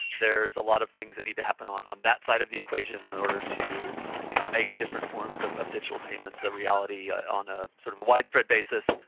there's a lot of things that need to happen on on that side of the equation in order to you know make different forms of of digital payments a reality on ah sort of a widespread basis,